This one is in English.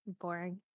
Boring